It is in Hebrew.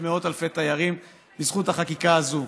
מאות אלפי תיירים בזכות החקיקה הזאת.